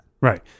Right